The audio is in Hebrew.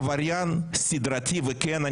עבריין סדרתי וכן,